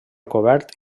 cobert